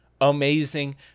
amazing